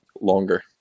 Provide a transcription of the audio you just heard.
longer